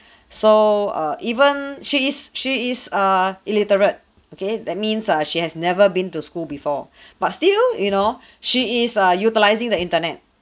so err even she is she is a illiterate okay that means uh she has never been to school before but still you know she is err utilizing the internet